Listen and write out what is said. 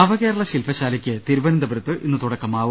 നവകേരള ശില്പശാലയ്ക്ക് തിരുവനന്തപുരത്ത് ഇന്ന് തുടക്കമാവും